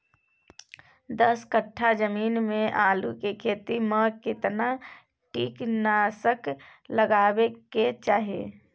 दस कट्ठा जमीन में आलू के खेती म केतना कीट नासक लगबै के चाही?